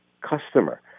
customer